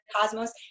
cosmos